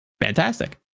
Fantastic